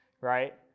right